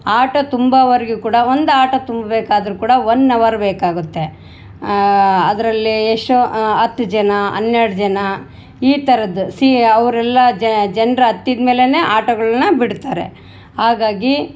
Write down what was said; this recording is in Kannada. ಆಟೋ ತುಂಬೊವರ್ಗೂ ಕೂಡ ಒಂದು ಆಟೋ ತುಂಬಬೇಕಾದ್ರು ಕೂಡ ಒನ್ ಅವರ್ ಬೇಕಾಗುತ್ತೆ ಅದರಲ್ಲಿ ಎಷ್ಟೋ ಹತ್ತು ಜನ ಹನ್ನೆರಡು ಜನ ಈ ಥರದ ಸಿ ಅವರೆಲ್ಲ ಜನ್ರು ಹತ್ತಿದ ಮೇಲೆಯೇ ಆಟೋಗಳ್ನ ಬಿಡ್ತಾರೆ ಹಾಗಾಗಿ